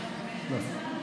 לא.